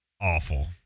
awful